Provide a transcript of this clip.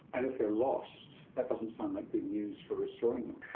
and if they're lost, that doesn't sound like good news for restoring them.